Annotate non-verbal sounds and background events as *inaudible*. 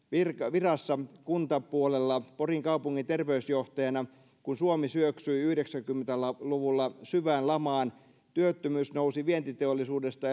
virassa kuntapuolella porin kaupungin terveysjohtajana kun suomi syöksyi yhdeksänkymmentä luvulla syvään lamaan työttömyys nousi vientiteollisuudesta *unintelligible*